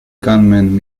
gunman